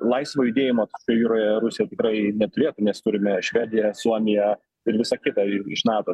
laisvo judėjimo jūroje rusija tikrai neturėtų nes turime švediją suomiją ir visa kita iš nato